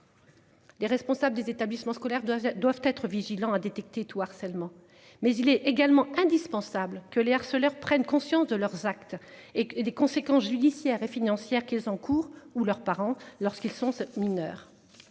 Les responsables des établissements scolaires doivent doivent être vigilants à détecter tout harcèlement. Mais il est également indispensable que les harceleurs prennent conscience de leurs actes et des conséquences judiciaires et financières qu'ils encourent ou leurs parents lorsqu'ils sont mineurs.